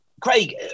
Craig